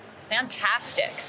Fantastic